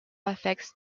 affects